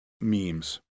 memes